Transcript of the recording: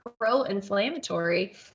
pro-inflammatory